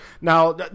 Now